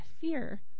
fear